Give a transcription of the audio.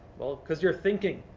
well, because you're thinking.